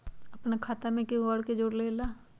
अपन खाता मे केहु आर के जोड़ सके ला?